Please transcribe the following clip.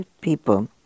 people